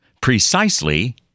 precisely